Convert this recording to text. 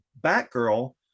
Batgirl